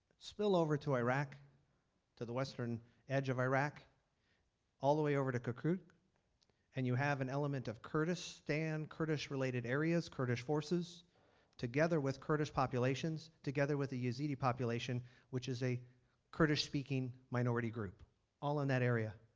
spill over to iraq to the western western edge of iraq all the way over to kirkuk and you have an element of kurdistan, kurdish related areas, kurdish forces together with kurdish populations together with the yazidi populations which is a kurdish speaking minority group all in that area.